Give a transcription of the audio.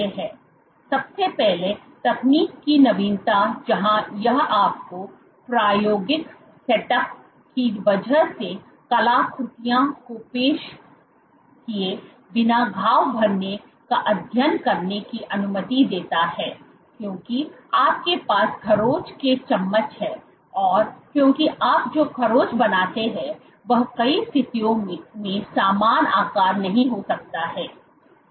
सबसे पहले तकनीक की नवीनता जहां यह आपको प्रायोगिक सेटअप की वजह से कलाकृतियों को पेश किए बिना घाव भरने का अध्ययन करने की अनुमति देता है क्योंकि आपके पास खरोंच के चम्मच हैं और क्योंकि आप जो खरोंच बनाते हैं वह कई स्थितियों में समान आकार नहीं हो सकता है